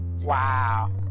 Wow